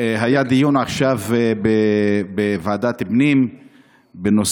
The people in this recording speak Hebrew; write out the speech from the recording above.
היה דיון עכשיו בוועדת הפנים בנושא,